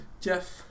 Jeff